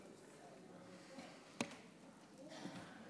התיקון שמביאה הממשלה היום